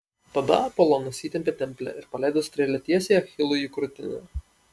tada apolonas įtempė templę ir paleido strėlę tiesiai achilui į krūtinę